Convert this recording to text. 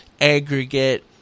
aggregate